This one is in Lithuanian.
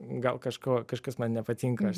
gal kažko kažkas man nepatinka aš